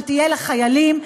שתהיה לחיילים,